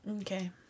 okay